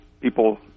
people